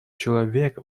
человек